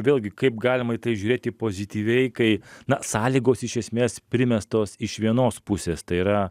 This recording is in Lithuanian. vėlgi kaip galima į tai žiūrėti pozityviai kai na sąlygos iš esmės primestos iš vienos pusės tai yra